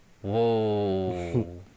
whoa